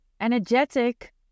energetic